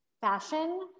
fashion